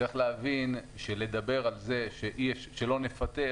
צריך להבין שלדבר על זה שלא נפטר,